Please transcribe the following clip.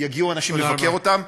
יגיעו אנשים לבקר אותם.